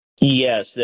Yes